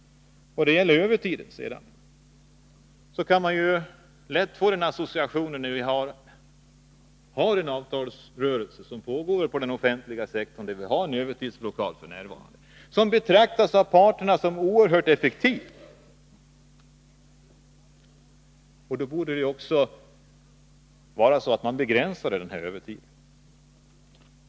Beträffande övertiden vill jag säga att när en avtalsrörelse pågår på den offentliga sektorn, där vi f.n. har en övertidsblockad som av parterna betraktas som oerhört effektiv, borde man också begränsa övertidsarbete.